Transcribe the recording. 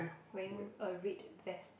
wearing a red vest